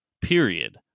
Period